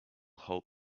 halt